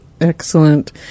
Excellent